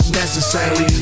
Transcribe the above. necessary